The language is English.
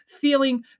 feeling